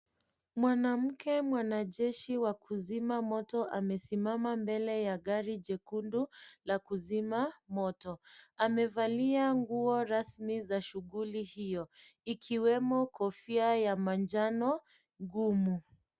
Mwanamke mwanajeshi wa kuzima moto amesimama mbele ya gari jekundu la kuzima moto. Amevalia nguo rasmi za shughuli hio, ikiwemo kofia ya manjano ngumu.